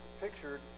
pictured